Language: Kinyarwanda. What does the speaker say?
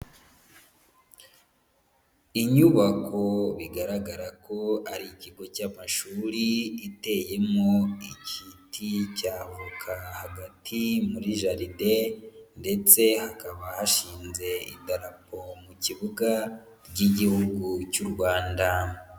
Inyubako bigaragara ko ari ikigo cy'amashuri, iteyemo igiti cya avoka, hagati muri jaride ndetse hakaba hashinze idarapo mu kibuga, ry'igihugu cy'u Rwanda.